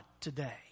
today